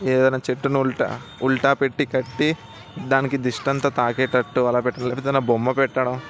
ఏదన్నా చెట్టుని ఉల్టా ఉల్టా పెట్టి కట్టి దానికి దిష్టి అంతా తాకేటట్టు అలా పెట్టడం లేకపోతే బొమ్మ పెట్టడం